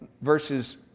verses